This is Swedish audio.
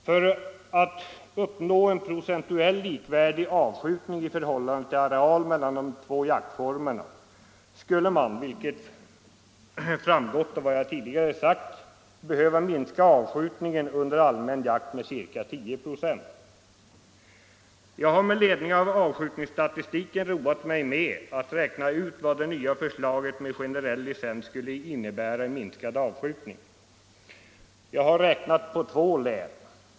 För att uppnå en i förhållande till areal procentuellt likvärdig avskjutning mellan de två jaktformerna skulle man — vilket framgår av vad jag tidigare sagt — behöva minska avskjutningen under allmän jakt med ca 10 96. Jag har med ledning av avskjutningsstatistiken roat mig med att räkna ut vad det nya förslaget med generell licens skulle innebära i minskad avskjutning. Jag har räknat på två län.